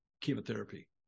chemotherapy